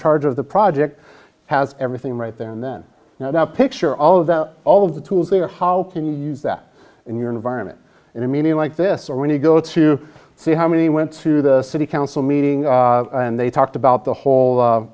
charge of the project has everything right then and then you know the picture all of that all of the tools there how can you use that in your environment in a meeting like this or when you go to see how many went to the city council meeting and they talked about the whole